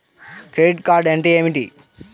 Debit card అంటే ఏమిటి?